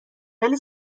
ولی